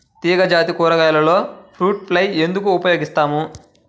తీగజాతి కూరగాయలలో fruit fly ఎందుకు ఉపయోగిస్తాము?